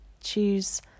choose